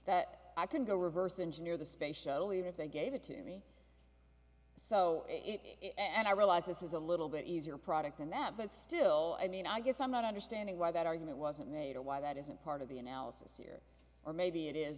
that i could go reverse engineer the space shuttle even if they gave it to me so and i realize this is a little bit easier product than that but still i mean i guess i'm not understanding why that argument wasn't made or why that isn't part of the analysis here or maybe it is